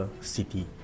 City